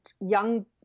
young